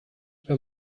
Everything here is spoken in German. wenn